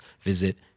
visit